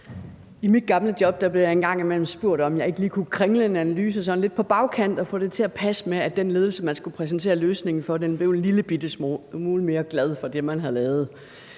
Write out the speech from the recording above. I mit gamle job blev jeg en gang imellem spurgt om, om ikke jeg lige kunne kringle en analyse sådan lidt på bagkant og få det til at passe med, at den ledelse, man skulle præsentere løsningen for, blev en lille smule mere glad for det, man havde lavet.